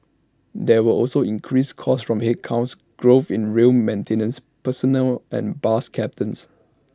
there were also increased costs from headcount growth in rail maintenance personnel and bus captains